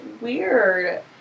weird